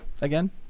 again